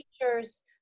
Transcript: teachers